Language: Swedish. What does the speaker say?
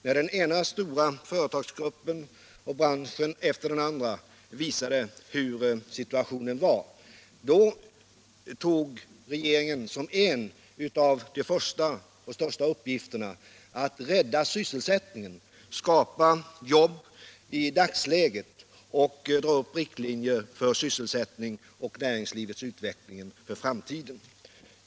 När den ena stora företagsgruppen och branschen efter den andra visade hur situationen var tog regeringen som en av sina första och största uppgifter att rädda sysselsättningen, att skapa jobb i dagsläget och att dra upp riktlinjer för sysselsättning och näringslivets utveckling för framtiden.